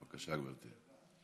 בבקשה, גברתי.